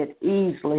easily